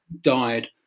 died